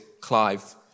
Clive